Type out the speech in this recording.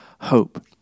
hope